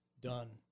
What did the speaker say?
done